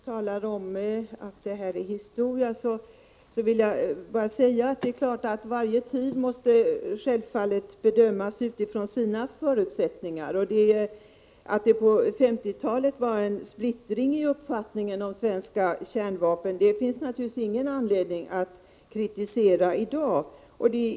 Herr talman! När försvarsministern här talar om att detta är historia vill jag säga att varje tid självfallet måste bedömas utifrån sina förutsättningar. Att det på 1950-talet fanns olika uppfattningar i frågan om svenska kärnvapen finns det naturligtvis ingen anledning att kritisera i dag.